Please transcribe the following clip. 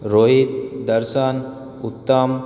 રોહિત દર્શન ઉત્તમ